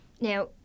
Now